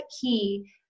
key